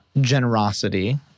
generosity